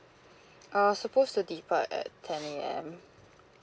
uh supposed to depart at ten A_M